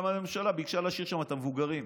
הממשלה ביקשה להשאיר שם את המבוגרים,